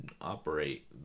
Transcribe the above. operate